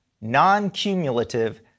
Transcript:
non-cumulative